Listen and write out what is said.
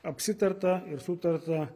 apsitarta ir sutarta